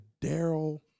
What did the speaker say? Daryl